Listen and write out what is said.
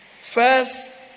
First